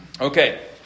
Okay